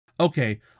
Okay